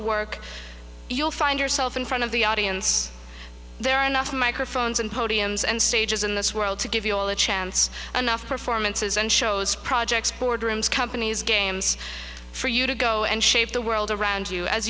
work you'll find yourself in front of the audience there are enough microphones and podiums and stages in this world to give you all the chance anough performances and shows projects boardrooms companies games for you to go and shape the world around you as